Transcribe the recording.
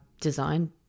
design